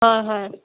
হয় হয়